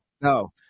no